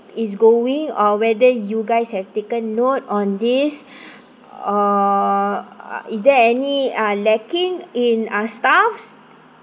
is going or whether you guys have taken note on this or is there any uh lacking in a staff